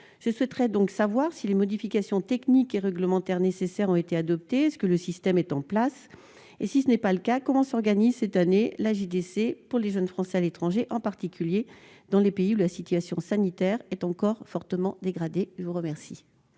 je souhaiterais donc savoir si les modifications techniques et réglementaires nécessaires ont été adoptées : le système est-il en place ? Si tel n'est pas le cas, comment la JDC est-elle organisée cette année pour les jeunes Français de l'étranger, en particulier dans les pays où la situation sanitaire est encore fortement dégradée ? La parole